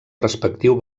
respectiu